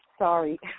Sorry